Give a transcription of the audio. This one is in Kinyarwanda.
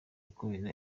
kubera